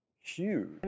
huge